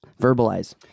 verbalize